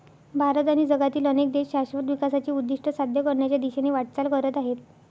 भारत आणि जगातील अनेक देश शाश्वत विकासाचे उद्दिष्ट साध्य करण्याच्या दिशेने वाटचाल करत आहेत